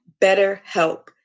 BetterHelp